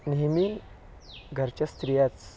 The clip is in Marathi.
नेहमी घरच्या स्त्रियाच